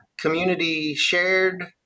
community-shared